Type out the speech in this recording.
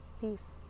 peace